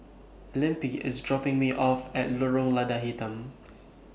Lempi IS dropping Me off At Lorong Lada Hitam